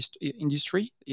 industry